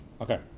Okay